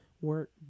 work